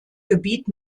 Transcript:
gebiet